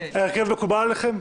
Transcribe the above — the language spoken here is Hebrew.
מקובל עליכם?